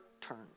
turn